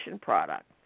product